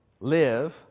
live